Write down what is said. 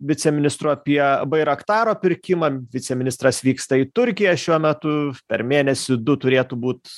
viceministru apie bairaktaro pirkimą viceministras vyksta į turkiją šiuo metu per mėnesį du turėtų būt